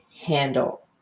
handle